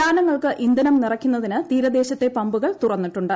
യാനങ്ങൾക്ക് ഇന്ധനം നിറയ്ക്കുന്നതിന് തീരദേശത്തെ പമ്പുകൾ തുറന്നിട്ടുണ്ട്